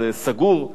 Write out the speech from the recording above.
הוא סגור,